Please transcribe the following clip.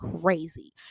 crazy